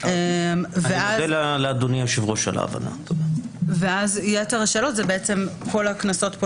העניין האחרון הוא שכל הקנסות,